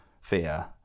fear